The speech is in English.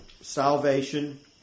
salvation